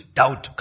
doubt